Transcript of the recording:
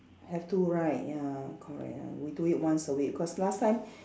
have to right ya correct and we do it once a week cause last time